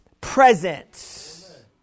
presence